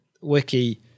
wiki